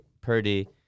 Purdy